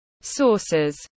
Sources